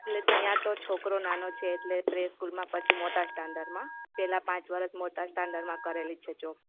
લે ત્યા તો છોકરો નાનો છે એટલે પ્રે સ્કૂલમાં પછી મોટા સ્ટાન્ડર્ડમાં પહેલાં પાંચ વર્ષ મોટા સ્ટાન્ડર્ડમાં કરેલી છે જોબ